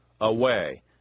Away